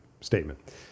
statement